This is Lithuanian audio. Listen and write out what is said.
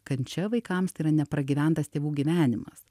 kančia vaikams tai yra nepragyventas tėvų gyvenimas